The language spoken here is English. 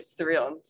surreal